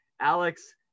Alex